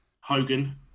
Hogan